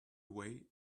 away